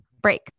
break